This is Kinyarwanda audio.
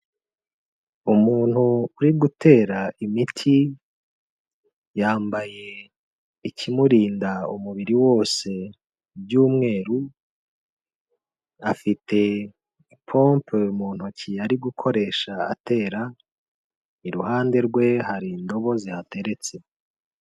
Umuntu uri gutera imiti yambaye ikimurinda umubiri wose by'umweru, afite ipompe mu ntoki ari gukoresha atera, iruhande rwe hari indobo zihateretse.